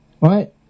Right